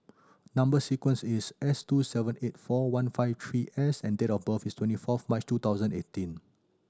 number sequence is S two seven eight four one five three S and date of birth is twenty fourth March two thousand eight